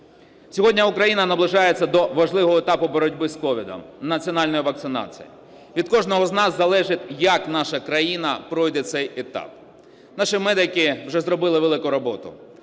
Сьогодні Україна наближається до важливого етапу боротьби з COVID– національної вакцинації. Від кожного з нас залежить, як наша країна пройде цей етап. Наші медики вже зробили велику роботу.